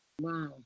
Wow